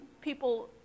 people